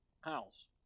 house